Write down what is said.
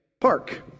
park